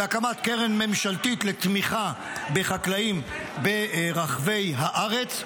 בהקמת קרן ממשלתית לתמיכה בחקלאים ברחבי הארץ,